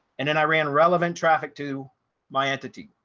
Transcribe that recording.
and then i ran relevant traffic to my entity,